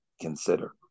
consider